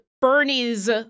Bernie's